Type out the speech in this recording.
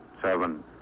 Seven